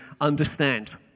understand